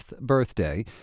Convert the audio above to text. birthday